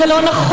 זה לא נכון,